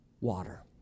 water